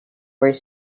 were